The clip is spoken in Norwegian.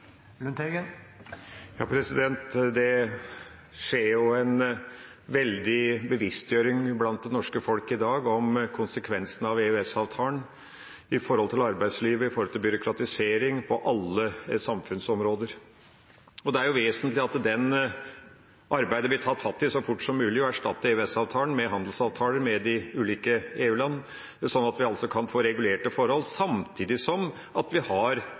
Det skjer en veldig bevisstgjøring blant det norske folk i dag om konsekvensene av EØS-avtalen med tanke på arbeidslivet og med tanke på byråkratisering på alle samfunnsområder. Det er vesentlig at det blir tatt fatt i dette arbeidet så fort som mulig, å erstatte EØS-avtalen med handelsavtaler med de ulike EU-land, sånn at vi kan få regulerte forhold, samtidig som vi har